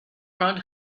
front